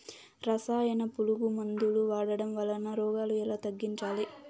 రసాయన పులుగు మందులు వాడడం వలన రోగాలు ఎలా తగ్గించాలి?